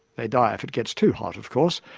they die if it gets too hot, of course,